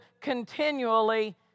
continually